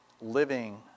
living